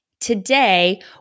Today